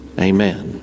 Amen